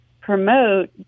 promote